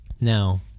Now